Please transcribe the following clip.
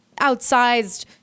outsized